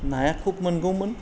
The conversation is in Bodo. नाया खुब मोनगौमोन